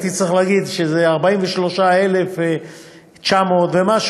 הייתי צריך להגיד שזה 43,900 ומשהו,